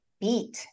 beat